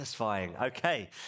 Okay